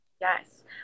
Yes